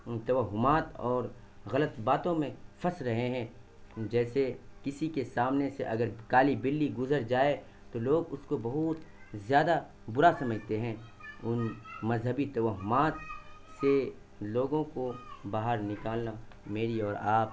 توہمات اور غلط باتوں میں پھنس رہے ہیں جیسے کسی کے سامنے سے اگر کالی بلی گزر جائے تو لوگ اس کو بہت زیادہ برا سمجھتے ہیں مذہبی توہمات سے لوگوں کو باہر نکالنا میری اور آپ